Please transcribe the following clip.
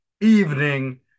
evening